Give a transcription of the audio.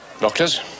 doctors